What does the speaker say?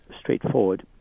straightforward